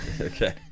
Okay